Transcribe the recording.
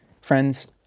Friends